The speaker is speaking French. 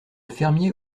fermier